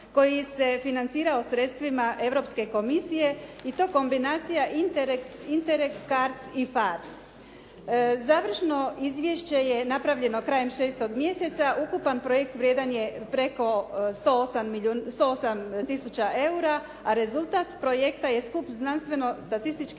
koji se financirao sredstvima Europske komisije i to kombinacija INTEREG, CARDS i PHARE. Završno izvješće je napravljeno krajem šestog mjeseca. Ukupan projekt vrijedan je preko 108 tisuća eura a rezultat projekta je skup znanstveno-statističkih